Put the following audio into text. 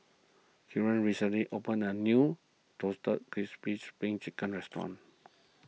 Kellan recently opened a new Roasted Crispy Spring Chicken restaurant